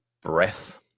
breath